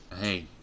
Hey